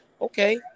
Okay